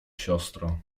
siostro